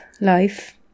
life